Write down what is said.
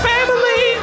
Family